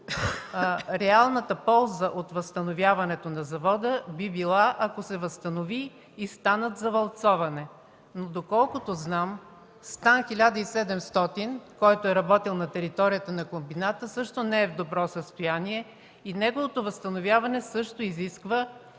реалната полза от възстановяването на завода би била, ако се възстанови и Станът за валцоване. Но доколкото знам, Стан 1700, който е работил на територията на комбината, не е в добро състояние и неговото възстановяване също изисква